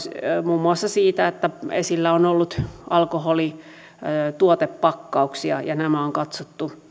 muun muassa siitä että esillä on ollut alkoholituotepakkauksia ja on katsottu